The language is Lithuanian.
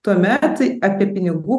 tuomet apie pinigų